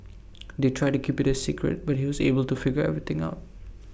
they tried to keep IT A secret but he was able to figure everything out